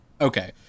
Okay